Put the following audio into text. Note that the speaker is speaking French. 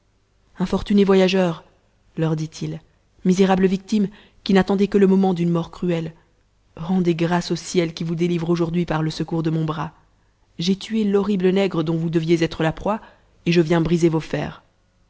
voyageurs leur dit-il misérables victimes qui n'attendez que le moment d'une mort cruéhe rendez grâce au ciel qui vous délivre aujourd'hui par le secours de mon bras j'ai tué l'horrible nègre dont vous deviez être la proie et je viens briser vos fers